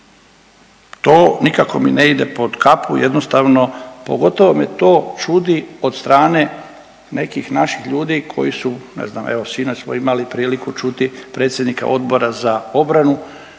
To nikako mi ne ide pod kapu jednostavno, pogotovo me to čudi od strane nekih naših ljudi koji su, ne znam, evo sinoć smo imali priliku čuti predsjednika Odbora za obranu